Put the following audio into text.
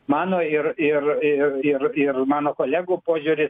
mano ir ir ir ir ir mano kolegų požiūris